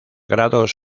grados